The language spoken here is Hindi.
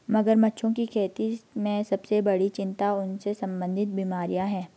मगरमच्छों की खेती में सबसे बड़ी चिंता उनसे संबंधित बीमारियां हैं?